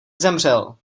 zemřel